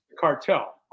Cartel